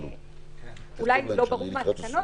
אולי לא ברור מהתקנות,